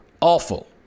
Awful